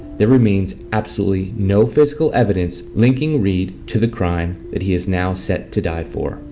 there remains absolutely no physical evidence linking reed to the crime that he is now set to die for.